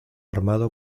armado